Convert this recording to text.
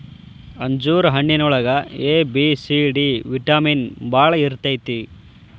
ಅಂಜೂರ ಹಣ್ಣಿನೊಳಗ A, B, C, D vitamin ಬಾಳ ಇರ್ತೈತಿ